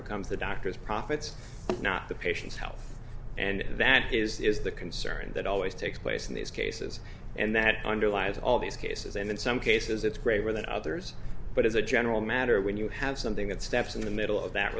becomes the doctors profits not the patient's health and that is the concern that always takes place in these cases and that underlies all these cases and in some cases it's graver than others but as a general matter when you have something that steps in the middle of that